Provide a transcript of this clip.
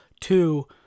Two